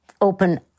open